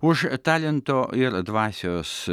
už talento ir dvasios